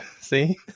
See